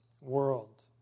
world